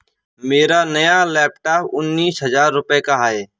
मेरा नया लैपटॉप उन्नीस हजार रूपए का है